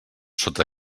sota